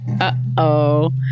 Uh-oh